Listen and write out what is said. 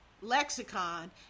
lexicon